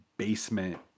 Basement